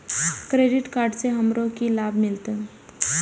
Credit card से हमरो की लाभ मिलते?